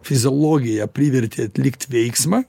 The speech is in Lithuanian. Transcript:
fiziologija privertė atlikti veiksmą